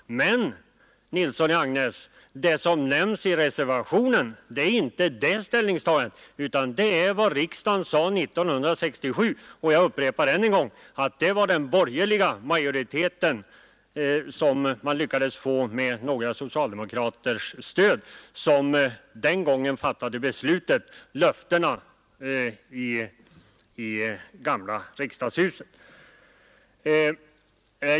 Men, herr Nilsson i Agnäs, det som nämns i reservationen 12 avser inte ställningstagandet 1970 utan det är vad riksdagen sade 1967, och jag upprepar att det var de borgerliga som med några socialdemokraters stöd den gången fattade beslutet och utfärdade löftena till Vindelådalen i gamla riksdagshuset.